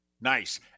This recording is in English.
nice